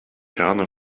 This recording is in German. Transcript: herne